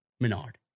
Menard